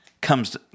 comes